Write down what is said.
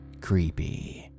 creepy